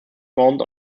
formed